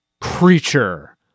Creature